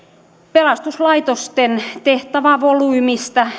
pelastuslaitosten tehtävävolyymistä